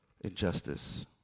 Injustice